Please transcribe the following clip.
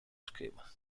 schema